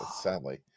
sadly